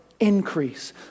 Increase